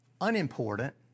unimportant